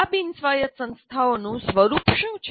આ બિનસ્વાયત સંસ્થાઓનું સ્વરૂપ શું છે